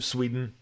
Sweden